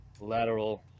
lateral